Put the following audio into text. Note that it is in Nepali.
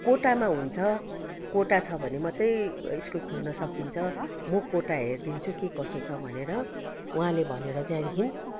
कोटामा हुन्छ कोटा छ भने मात्रै स्कुल खोल्न सकिन्छ म कोटा हेरिदिन्छु के कसो छ भनेर उहाँले भनेर त्यहाँदेखि